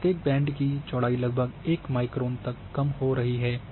प्रत्येक बैंड की चौड़ाई लगभग 1 माइक्रोन तक कम हो रही है